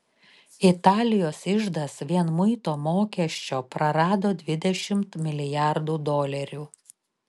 italijos iždas vien muito mokesčio prarado dvidešimt milijardų dolerių